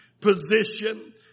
position